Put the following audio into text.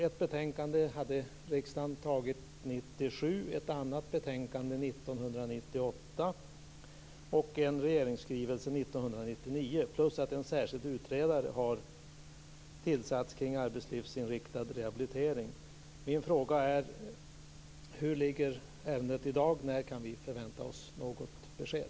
Riksdagen antog ett betänkande 1997, ett annat betänkande 1998 och en regeringsskrivelse 1999. Dessutom har en särskild utredare tillsatts kring arbetslivsinriktad rehabilitering. Min fråga är: Hur långt har man kommit med ämnet i dag? När kan vi förvänta oss något besked?